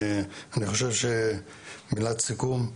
מילת סיכום,